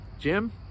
Jim